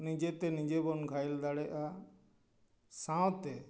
ᱱᱤᱡᱮᱛᱮ ᱱᱤᱡᱮ ᱵᱚᱱ ᱜᱷᱟᱭᱮᱞ ᱫᱟᱲᱮᱭᱟᱜᱼᱟ ᱥᱟᱶᱛᱮ